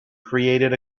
created